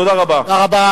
תודה רבה.